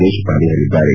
ದೇಶಪಾಂಡೆ ಹೇಳಿದ್ದಾರೆ